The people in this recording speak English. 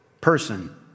person